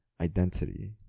identity